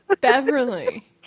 Beverly